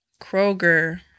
Kroger